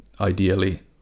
ideally